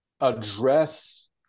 address